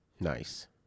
Nice